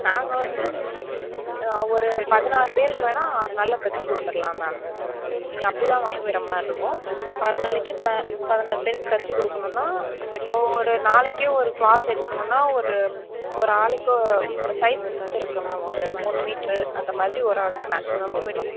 நாங்கள் வந்து ஒரு பதினாறு பேருக்கு வேணால் ஆறு நாளில் தைச்சி கொடுத்துட்லாம் மேம் நீங்கள் அப்படிதான் வாங்கிக்கிற மாதிரி இருக்கும் ஆறு நாளைக்கு பதினாறு பேருக்கு தைச்சி கொடுக்கணுன்னா ஒரு நாளைக்கே ஒரு கிளாத் எடுக்கணுன்னால் ஒரு ஒரு ஆளுக்கு சைஸ் வச்சுருக்கு மேம் ஒரு மூணு மீட்ரு அந்த மாதிரி ஒரு ஆளுக்கு மேக்ஸிமம் இருக்கணும்